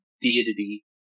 deity